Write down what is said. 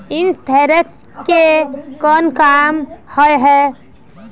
Insurance के कोन काम होय है?